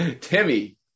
Timmy